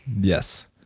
Yes